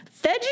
Veggie